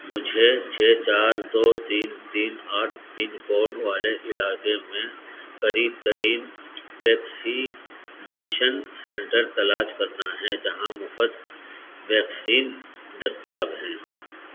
مجھے چھ چار دو تین تین آٹھ پنکوڈ والے علاقے میں قریب ترین ویکسینیشن سنٹر تلاش کرنا ہے جہاں مفت ویکسین دستیاب ہیں